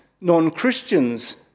non-Christians